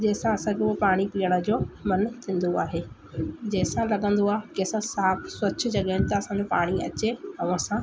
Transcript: जंहिंसां असांखे उहो पाणी पीअण जो मनु थींदो आहे जंहिंसां लॻंदो आहे की असां साफ़ स्वच्छ जॻह था असांजो पाणी अचे ऐं असां